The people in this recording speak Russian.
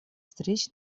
встреч